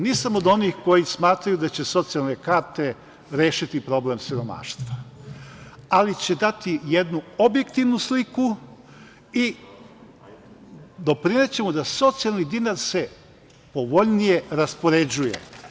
Znate, nisam od onih koji smatraju da će socijalne karte rešiti problem siromaštva, ali će dati jednu objektivnu sliku i doprinećemo tome da se socijalni dinar povoljnije raspoređuje.